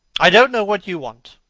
i don't know what you want.